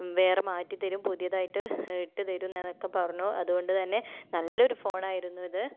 വേറെ മാറ്റിത്തരും പുതിയതായിട്ട് ഇട്ട് തരുമെന്നതൊക്കെ പറഞ്ഞു അതുകൊണ്ടു തന്നെ നല്ലൊരു ഫോണായിരുന്നു ഇത്